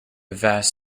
vast